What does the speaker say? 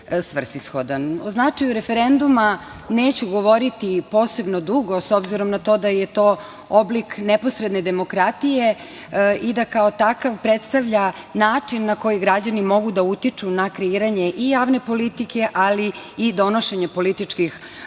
značaju referenduma neću govoriti posebno dugo, s obzirom na to da je to oblik neposredne demokratije i da kao takav predstavlja način na koji građani mogu da utiču na kreiranje javne politike, ali i donošenje političkih odluka.